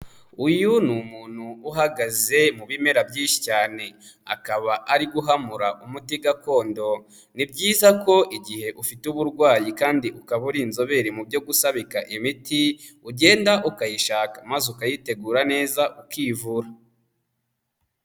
Uyu ni umuntu uhagaze mu bimera byinshi cyane akaba ari guhamura umuti gakondo, ni byiza ko igihe ufite uburwayi kandi ukaba uri inzobere mu byo gusabika imiti, ugenda ukayishaka maze ukayitegura neza ukivura.